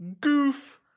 Goof